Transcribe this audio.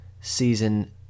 Season